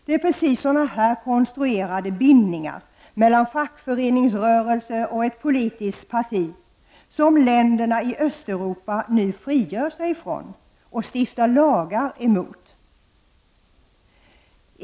Det är precis sådana här konstruerade bindningar mellan fackföreningsrörelse och ett politiskt parti som länder i Östeuropa nu frigör sig ifrån och stiftar lagar emot.